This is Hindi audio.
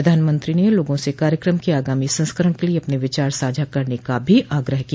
प्रधानमंत्री ने लोगों से कार्यक्रम के आगामी संस्करण के लिए अपने विचार साझा करने का भी आग्रह किया